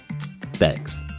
Thanks